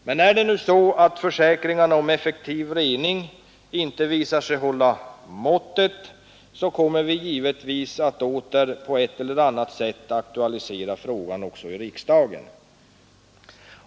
Men är det så att försäkringarna om effektiv rening icke visar sig hålla måttet kommer vi givetvis att åter på ett eller annat sätt aktualisera frågan i riksdagen.